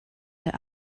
der